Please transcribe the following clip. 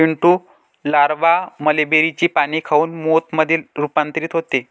Pintu larva मलबेरीचे पाने खाऊन मोथ मध्ये रूपांतरित होते